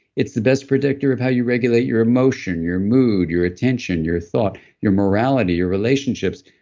it's the best predictor of how you regulate your emotion, your mood, your attention, your thought, your morality, your relationships.